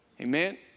amen